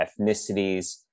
ethnicities